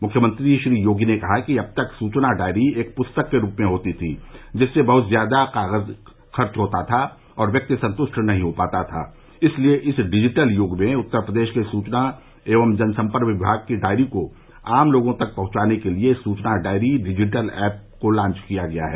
मुख्यमंत्री श्री योगी ने कहा कि अब तक सूचना डायरी एक पुस्तक के रूप में होती थी जिससे बहत ज्यादा कागज खर्च होता था और व्यक्ति संतष्ट नही हो पाता था इस लिए इस डिजिटल यूग में उत्तर प्रदेश के सुचना एवं जनसम्पर्क विमाग की डायरी को आम लोगों तक पहुंचाने के लिये सूचना डायरी डिजिटल ऐप का लांच किया गया है